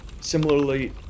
similarly